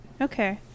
Okay